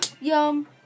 yum